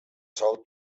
sol